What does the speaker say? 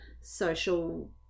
social